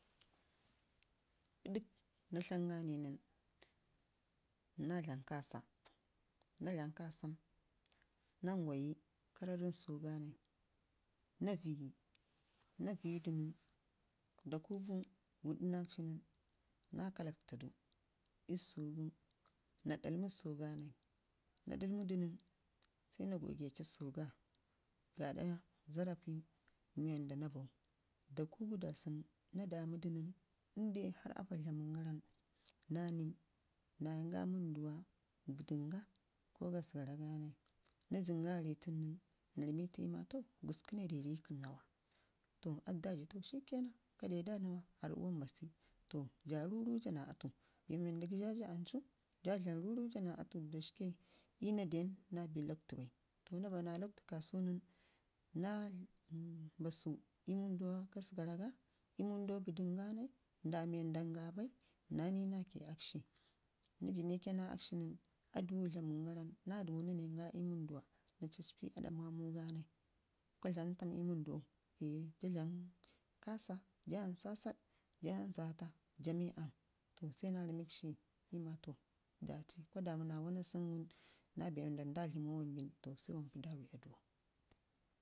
Pəɗəj na tlanga nən na dlam kaasa, na dlam kaasa nən, na ngwayi kaararən susu ganai na viiyi na viiyu dun nən da kugu wuɗu nackshi nən, na ƙala ktadu ii susugu na ɗalmi susuga nai, na dalmu du nən sai na gogetu susuga gaɗa zarafi mii wanda na bau da ƙugu da sunu na damu nən lndai har aafa dlamun gara nən na ni nayanga ii wən duwa gə dənga ko gasgaraga na jin ga nən, na ramitu ma gusku na dedikəm nawa, atu daji to shike nan ka deda nawa arɗi wammabashi sa rurauja na atu mbe wanda gəshaja ancuu ja dlam ruru ja na atu da shike iyu na bii Lokwtu bai to na bana loekwtu ka sunu nən na yanga ii wəndu gədənga ko gasgara ga nda wanda nga ɓai nayi nakak shi nai ki na akshi nən, aduwa dlaməngara nən na yinga ii wandunwa na caccpai aɗa mamu ganai na jayak shi keva dlam tam ii wunduwau, ja dlam kasa janu sasaɗ na maa aam na zaafa se na rami kshi to da cii kwa damu na wanau na bee nda dlamau da cii.